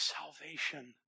salvation